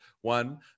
One